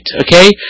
okay